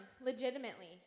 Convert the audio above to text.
legitimately